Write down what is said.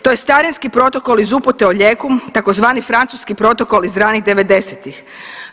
To je starinski postupak iz upute o lijeku, tzv. francuski protokol iz ranih '90.-ih.